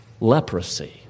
leprosy